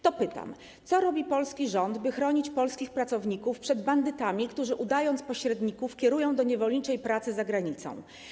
To pytam: Co robi polski rząd, by chronić polskich pracowników przed bandytami, którzy udając pośredników, kierują do niewolniczej pracy za granicą?